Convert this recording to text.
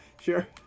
sure